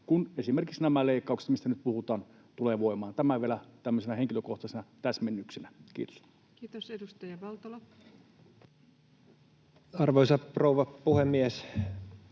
kun esimerkiksi nämä leikkaukset, mistä nyt puhutaan, tulevat voimaan. Tämä vielä tämmöisenä henkilökohtaisena täsmennyksenä. — Kiitos. Kiitoksia. — Edustaja Valtola. Arvoisa rouva puhemies!